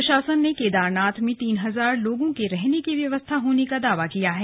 प्रशासन ने केदारनाथ में तीन हजार लोगों के रहने की व्यवस्था होने का दावा किया है